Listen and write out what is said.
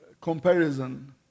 comparison